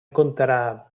contarà